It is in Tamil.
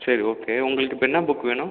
சரி ஓகே உங்களுக்கு இப்போ என்ன புக் வேணும்